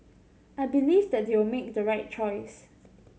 I believe that they will make the right choice